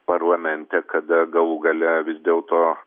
parlamente kad galų gale vis dėlto